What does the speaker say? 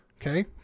okay